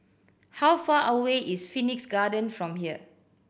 how far away is Phoenix Garden from here